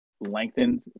lengthened